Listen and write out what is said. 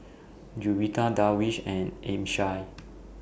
Juwita Darwish and Amsyar